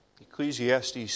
Ecclesiastes